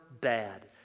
bad